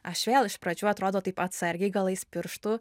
aš vėl iš pradžių atrodo taip atsargiai galais pirštų